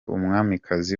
umwamikazi